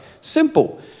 Simple